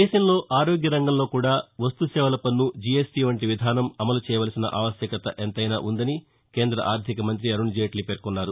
దేశంలో ఆరోగ్య రంగంలో కూడా వస్తుసేవల పన్ను జీఎస్టీ వంటి విధానం అమలు చేయవలసిన ఆవశ్యకత ఎంతైనా వుందని కేంద్ర ఆర్ధికమంతి అరుణ్జైట్లీ పేర్కొన్నారు